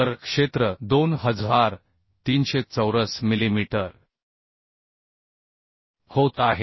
तर क्षेत्र 2300 चौरस मिलीमीटर होत आहे